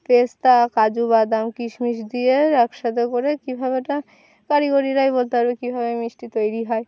পেস্তা কাজু বাদাম কিশমিশ দিয়ে একসাথে করে কীভাবে এটা কারিগররাই বলতে পারবে কীভাবে মিষ্টি তৈরি হয়